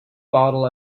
bottle